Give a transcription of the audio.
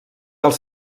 els